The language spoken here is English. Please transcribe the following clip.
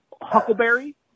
Huckleberry